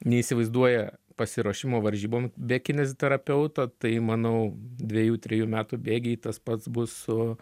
neįsivaizduoja pasiruošimo varžybom be kineziterapeuto tai manau dviejų trijų metų bėgy tas pats bus su